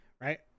right